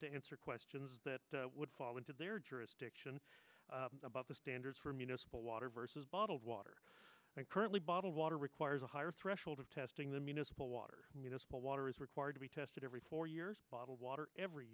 to answer questions that would fall into their jurisdiction about the standards for municipal water versus bottled water currently bottled water requires a higher threshold of testing the municipal water water is required to be tested every four years bottled water every